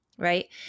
Right